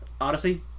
Odyssey